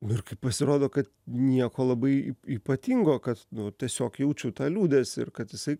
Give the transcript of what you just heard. nu ir kai pasirodo kad nieko labai ypatingo kad tiesiog jaučiu tą liūdesį ir kad jisai